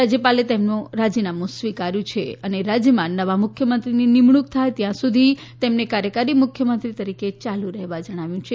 રાજ્યપાલે તેમનું રાજીનામું સ્વીકાર્યું છે અને રાજ્યમાં નવા મુખ્યમંત્રીની નિમણૂક થાય ત્યાં સુધી તેમને કાર્યકારી મુખ્યમંત્રી તરીકે ચાલુ રહેવા જણાવ્યું છે